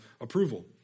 approval